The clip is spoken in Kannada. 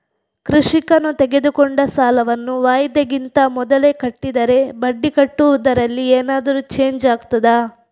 ಕೃಷಿಕನು ತೆಗೆದುಕೊಂಡ ಸಾಲವನ್ನು ವಾಯಿದೆಗಿಂತ ಮೊದಲೇ ಕಟ್ಟಿದರೆ ಬಡ್ಡಿ ಕಟ್ಟುವುದರಲ್ಲಿ ಏನಾದರೂ ಚೇಂಜ್ ಆಗ್ತದಾ?